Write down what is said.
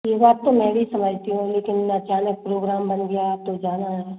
ये बात तो मैं भी समझती हूँ लेकिन अचानक प्रोग्राम बन गया तो जाना है